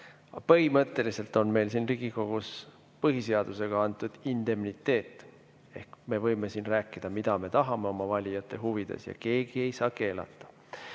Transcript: Aga põhimõtteliselt on meil siin Riigikogus põhiseadusega antud indemniteet ehk me võime siin rääkida, mida me tahame oma valijate huvides, ja keegi ei saa keelata. Nüüd